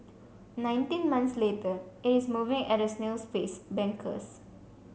nineteen months later it is moving at a snail's pace bankers